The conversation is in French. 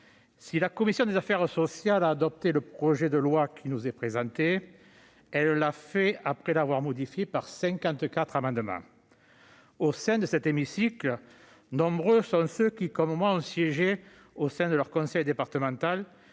si la commission des affaires sociales a adopté le projet de loi qui nous est présenté, elle l'a fait après l'avoir modifié par 54 amendements ! Dans notre hémicycle, nombreux sont ceux qui, comme moi, ont siégé au sein de leur conseil départemental.